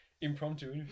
impromptu